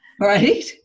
Right